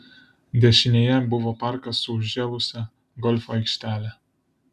dešinėje buvo parkas su užžėlusia golfo aikštele